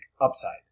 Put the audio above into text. upside